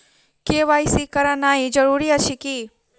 KYC करानाइ जरूरी अछि की?